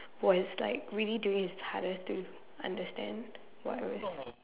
was like really doing his hardest do you understand what I was